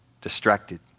distracted